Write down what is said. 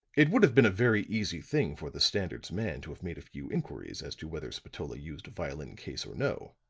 it would have been a very easy thing for the standard's man to have made a few inquiries as to whether spatola used a violin case or no.